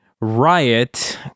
Riot